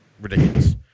ridiculous